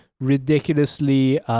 ridiculously